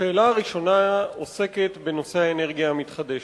השאלה הראשונה עוסקת בנושא האנרגיה המתחדשת.